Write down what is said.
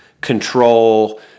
control